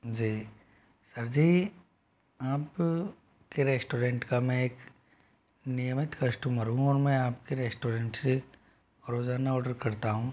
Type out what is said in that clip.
जी sir जी आपके restaurant का मैं एक नियमित कस्टमर हूँ और मैं आपके रेस्टोरेंट से रोजाना ऑर्डर करता हूँ